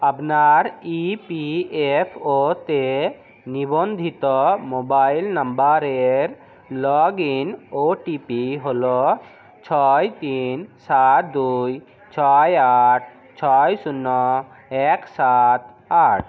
আপনার ইপিএফওতে নিবন্ধিত মোবাইল নাম্বারের লগ ইন ওটিপি হলো ছয় তিন সাত দুই ছয় আট ছয় শূন্য এক সাত আট